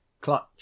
clutch